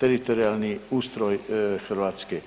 teritorijalni ustroj Hrvatske.